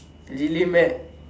really meh